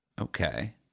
Okay